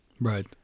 Right